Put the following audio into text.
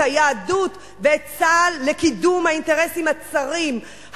את היהדות ואת צה"ל לקידום האינטרסים הצרים,